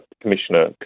Commissioner